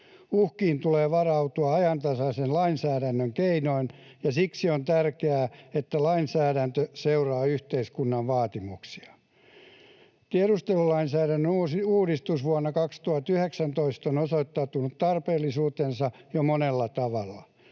Uhkiin tulee varautua ajantasaisen lainsäädännön keinoin, ja siksi on tärkeää, että lainsäädäntö seuraa yhteiskunnan vaatimuksia. Tiedustelulainsäädännön uudistus vuonna 2019 on osoittanut tarpeellisuutensa jo monella tavalla.